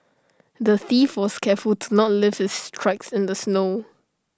the thief was careful to not leave his tracks in the snow